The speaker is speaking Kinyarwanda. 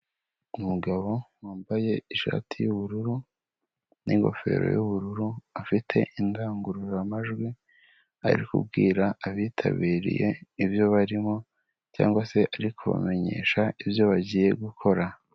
Umugabo wambaye ishati y'ubururu n'ingofero y'ubururu, afite indangururamajwi ari kubwira abitabiriye ibyo barimo cyangwa se ari kubamenyesha ibyo bagiye gukora.